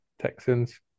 Texans